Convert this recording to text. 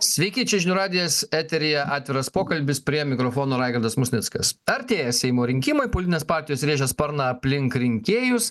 sveiki čia žinių radijas eteryje atviras pokalbis prie mikrofono raigardas musnickas artėja seimo rinkimai politinės partijos rėžia sparną aplink rinkėjus